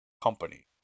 company